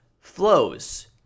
flows